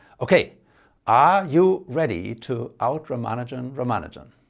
okay are you ready to outramanujan ramanujan.